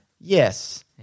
Yes